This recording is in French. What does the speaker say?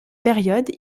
période